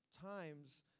times